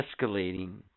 escalating